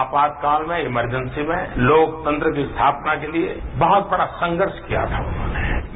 आपातकाल में इमरजैसी में लोकतंत्र की स्थापना के लिए बहत बड़ा संघर्ष किया था उन्होंने